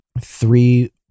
three